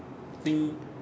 think